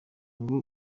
ngo